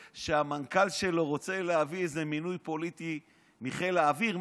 שהמנכ"ל שלו רוצה להביא איזה מינוי פוליטי מחיל האוויר?